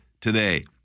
today